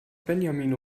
benjamin